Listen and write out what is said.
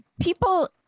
people